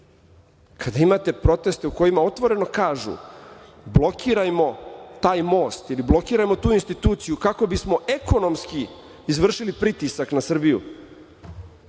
Kada imate proteste u kojima otvoreno kažu – blokirajmo taj most ili blokirajmo tu instituciju kako bi smo ekonomski izvršili pritisak na Srbiju,